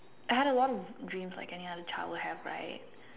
I had a lot of dreams like any other child would have right